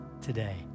today